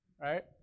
Right